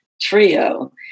trio